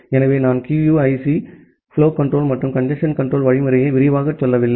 எனவே நான் QUIC இன் புலோ கன்ட்ரோல் மற்றும் கஞ்சேஸ்ன் கன்ட்ரோல் வழிமுறைக்கு விரிவாக செல்லவில்லை